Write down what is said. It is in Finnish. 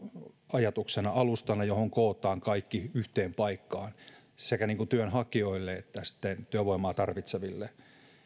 ajatuksena alusta jolle kootaan kaikki yhteen paikkaan sekä työnhakijoille että sitten työvoimaa tarvitseville